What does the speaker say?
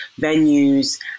venues